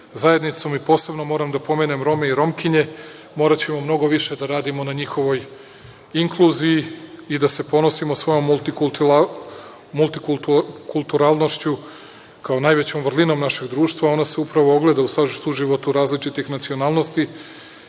zajednicom i posebno moram da pomenem Rome i Romkinje. Moraćemo mnogo više da radimo na njihovoj inkluziji i da se ponosimo svojom multikulturalnošću kao najvećom vrlinom našeg društva, a ona se upravo ogleda u suživotu različitih nacionalnosti